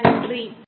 நன்றி